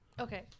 Okay